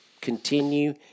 continue